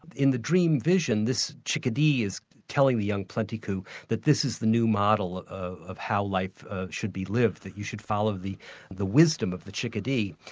in the dream vision, this chickadee is telling the young plenty coups that this is the new model of how life ah should be lived, that you should follow the the wisdom of the chickadee.